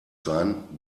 sein